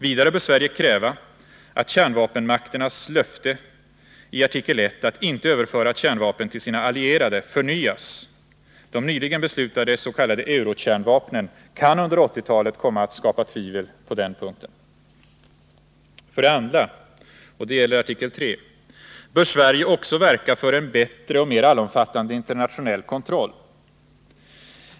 Vidare bör Sverige kräva att kärnvapenmakternas löfte i artikel 1 att inte överföra kärnvapen till sina allierade förnyas. De nyligen beslutade s.k. eurokärnvapnen kan under 1980-talet komma att skapa tvivel på den punkten. För det andra — artikel 3 — bör Sverige också verka för en bättre och mer allomfattande internationell kontroll.